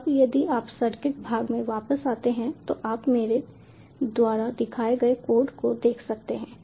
अब यदि आप सर्किट भाग में वापस आते हैं तो आप मेरे द्वारा दिखाए गए कोड को देख सकते हैं